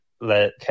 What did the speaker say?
let